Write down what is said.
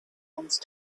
once